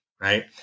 Right